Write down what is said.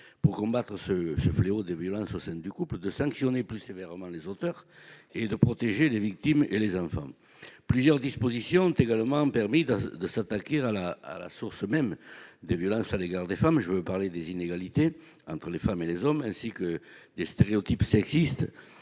que constituent les violences au sein du couple, de sanctionner plus sévèrement les auteurs de violences et de protéger les victimes et les enfants. Plusieurs dispositions ont également permis de s'attaquer à la source même des violences à l'égard des femmes. Je veux parler des inégalités entre les femmes et les hommes, ainsi que des stéréotypes sexistes,